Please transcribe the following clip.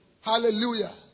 hallelujah